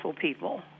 people